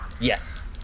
Yes